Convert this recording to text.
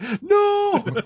No